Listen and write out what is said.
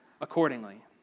accordingly